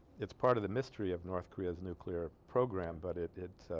it's part of the mystery of north korea's nuclear program but it it